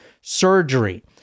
surgery